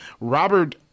Robert